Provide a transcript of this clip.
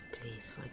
please